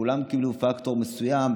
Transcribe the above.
כולם קיבלו פקטור מסוים,